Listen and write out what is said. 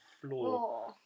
floor